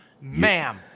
Ma'am